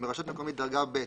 ברשות מקומית דרגה ב'